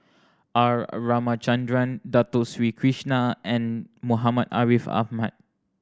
R Ramachandran Dato Sri Krishna and Muhammad Ariff Ahmad